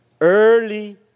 Early